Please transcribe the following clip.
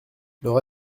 leurs